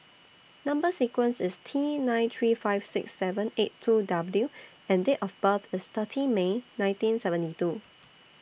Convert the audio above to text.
Number sequence IS T nine three five six seven eight two W and Date of birth IS thirty May nineteen seventy two